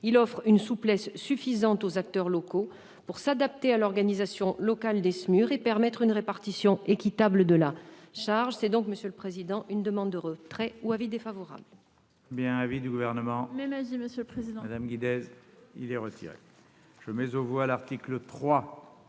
Il offre une souplesse suffisante aux acteurs locaux pour s'adapter à l'organisation locale des SMUR et permettre une répartition équitable de la charge. La commission demande le retrait de cet amendement